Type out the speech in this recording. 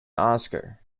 oscar